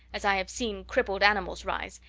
as i have seen crippled animals rise,